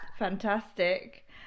Fantastic